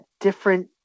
different